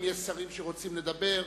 אם יש שרים שרוצים לדבר,